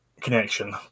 connection